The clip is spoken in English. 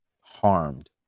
harmed